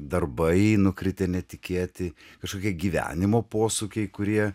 darbai nukritę netikėti kažkokie gyvenimo posūkiai kurie